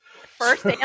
First